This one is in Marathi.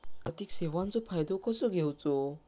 आर्थिक सेवाचो फायदो कसो घेवचो?